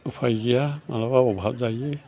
उफाय गैया मालाबा अभाब जायो